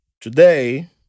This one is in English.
today